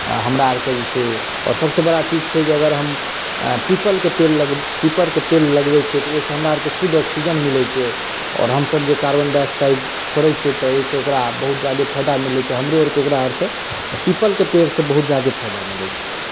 हमरा आरकेँ जे छै सभसँ बड़ा चीज छै जे अगर हम पीपलके पेड़ लगबैत छियै तऽ ओहिसँ हमरा आरकेँ शुद्ध ऑक्सीजन मिलैत छै आओर हमसभ जे कार्बन डाइऑक्साइड छोड़ैत छियै तऽ ओहिसँ ओकरा बहुत ज्यादे फायदा मिलैत छै हमरो आरके ओकरा आरसे फायदा पीपलके पेड़सँ बहुत ज्यादे फायदा मिलैत छै